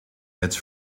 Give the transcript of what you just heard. heads